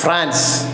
France